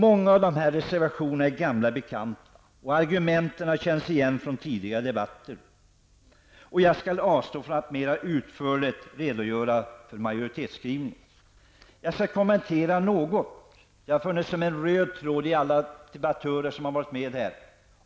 Många av reservationerna är gamla bekanta, och argumenten känns igen från tidigare debatter. Jag skall avstå från att mera utförligt redogöra för majoritetsskrivningarna och bara göra några kommentarer. Miljökonsekvensbeskrivningarna finns med som en röd tråd i alla inlägg som har gjorts här.